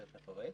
תיכף אני אפרט.